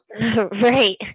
Right